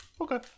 Okay